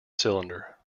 cylinder